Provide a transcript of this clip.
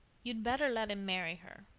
you'd better let him marry her,